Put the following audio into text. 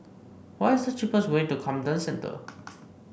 what is the cheapest way to Camden Centre